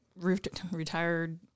retired